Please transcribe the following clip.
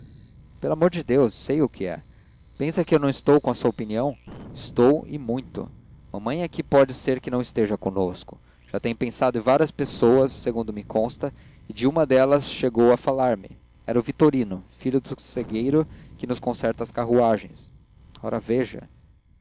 pelo amor de deus sei o que é pensa que eu não estou com a sua opinião estou e muito mamãe é que pode ser que não esteja conosco já tem pensado em várias pessoas segundo me consta e de uma delas chegou a falar-me era o vitorino filho do segeiro que nos conserta as carruagens ora veja